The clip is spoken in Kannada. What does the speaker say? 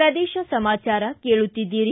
ಪ್ರದೇಶ ಸಮಾಚಾರ ಕೇಳುತ್ತಿದ್ದೀರಿ